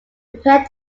prepare